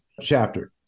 chapter